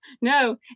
no